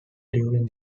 during